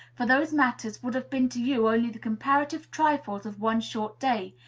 for those matters would have been to you only the comparative trifles of one short day,